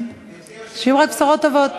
ושיהיו רק בשורות טובות.